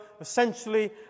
essentially